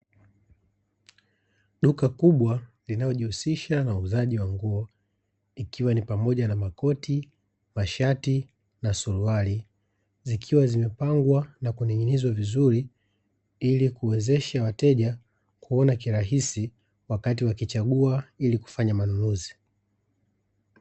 Duka kubwa linalojihusisha na uuzaji wa nguo ikiwa ni pamoja na makoti, mashati na suruali; zikiwa zimepangwa na kuning'inizwa vizuri ili kuwezesha wateja kuona kirahisi wakati wakichagua ili kufanya manunuzi.